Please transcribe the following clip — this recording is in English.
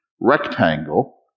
rectangle